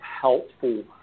helpful